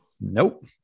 Nope